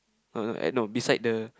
oh no at no beside the